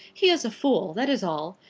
he is a fool that is all.